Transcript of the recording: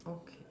okay